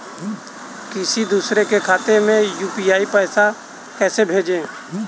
किसी दूसरे के खाते में यू.पी.आई से पैसा कैसे भेजें?